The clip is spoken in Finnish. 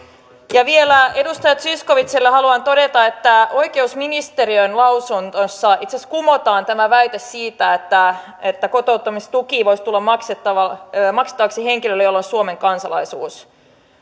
vielä edustaja zyskowiczille haluan todeta että oikeusministeriön lausunnossa itse asiassa kumotaan tämä väite siitä että että kotouttamistuki voisi tulla maksettavaksi henkilölle jolla on suomen kansalaisuus